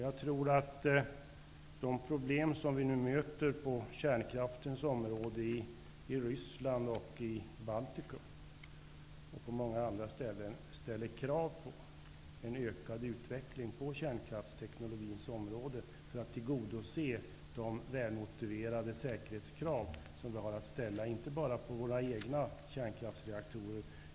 Jag tror att de problem som vi nu möter på kärnkraftens område i Ryssland, i Baltikum och på många andra håll ställer krav på en vidare utveckling på kärnkraftsteknologins område när det gäller att tillgodose de välmotiverade säkerhetskrav som vi har att ställa på våra egna kärnkraftsreaktorer.